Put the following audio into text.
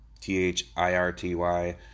t-h-i-r-t-y